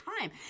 time